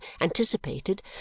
anticipated